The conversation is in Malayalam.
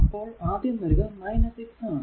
അപ്പോൾ ആദ്യം വരിക 6 ആണ്